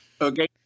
Okay